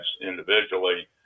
individually